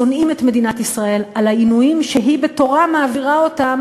שונאים את מדינת ישראל על העינויים שהיא בתורה מעבירה אותם,